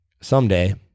someday